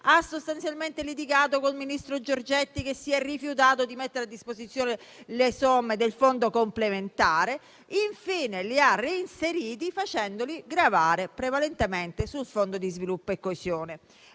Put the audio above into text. ha sostanzialmente litigato col ministro Giorgetti, che si è rifiutato di mettere a disposizione le somme del Fondo complementare e infine, li ha reinseriti facendoli gravare prevalentemente sul Fondo di sviluppo e coesione.